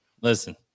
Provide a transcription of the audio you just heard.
Listen